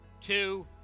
two